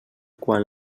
quan